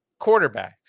quarterbacks